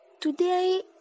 Today